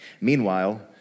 Meanwhile